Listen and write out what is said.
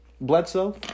Bledsoe